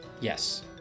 yes